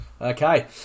Okay